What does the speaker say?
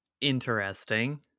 interesting